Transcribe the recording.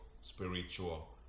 spiritual